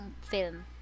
film